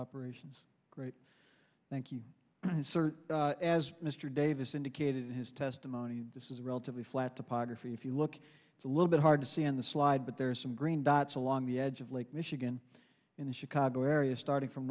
operations right thank you sir as mr davis indicated in his testimony this is a relatively flat topography if you look it's a little bit hard to see on the slide but there are some green dots along the edge of lake michigan in the chicago area starting from